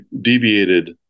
deviated